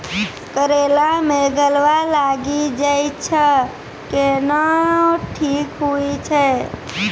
करेला मे गलवा लागी जे छ कैनो ठीक हुई छै?